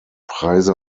preise